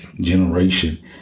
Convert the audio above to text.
generation